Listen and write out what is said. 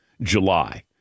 July